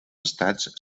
estats